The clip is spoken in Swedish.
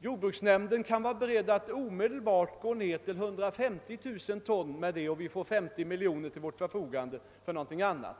Jordbruksnämnden kan vara beredd att omedelbart minska det till 150 000 ton, och vi får då 50 miljoner till vårt förfogande till någonting annat.